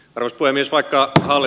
arvoisa puhemies